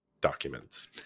documents